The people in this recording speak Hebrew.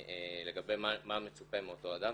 לגבי מה מצופה מאותו אדם.